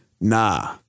Nah